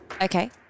Okay